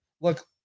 Look